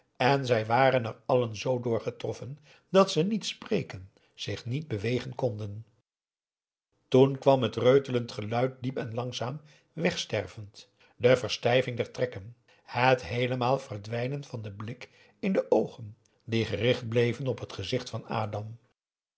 en zij waren er allen z door getroffen dat ze niet spreken zich niet bewegen konden toen kwam het reutelend geluid diep en langzaam wegstervend de verstijving der trekken het heelemaal verdwijnen van den blik in de oogen die gericht bleven op het gezicht van adam